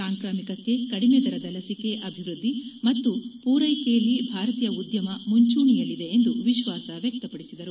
ಸಾಂಕ್ರಾಮಿಕಕ್ಕೆ ಕಡಿಮೆ ದರ ಲಸಿಕೆ ಅಭಿವ್ಯದ್ದಿ ಮತ್ತು ಪೂರೈಕೆಯಲ್ಲಿ ಭಾರತೀಯ ಉದ್ಯಮ ಮುಂಚೂಣಿಯಲ್ಲಿದೆ ಎಂದು ವಿಶ್ವಾಸ ವ್ಯಕ್ತಪಡಿಸಿದರು